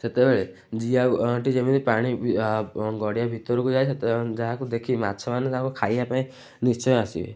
ସେତେବେଳେ ଜିଆଟି ଯେମିତି ପାଣି ଗଡ଼ିଆ ଭିତରକୁ ଯାଏ ସେତେ ଯାହାକୁ ଦେଖି ମାଛମାନେ ତାକୁ ଖାଇବା ପାଇଁ ନିଶ୍ଚୟ ଆସିବେ